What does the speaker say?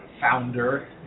founder